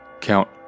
Count